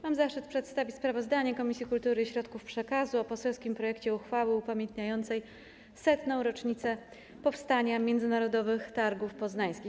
Mam zaszczyt przedstawić sprawozdanie Komisji Kultury i Środków Przekazu o poselskim projekcie uchwały upamiętniającej 100. rocznicę powstania Międzynarodowych Targów Poznańskich.